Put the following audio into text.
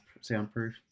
soundproof